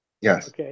Yes